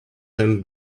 them